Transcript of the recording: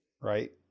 right